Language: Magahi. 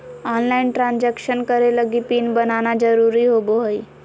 ऑनलाइन ट्रान्सजक्सेन करे लगी पिन बनाना जरुरी होबो हइ